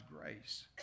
grace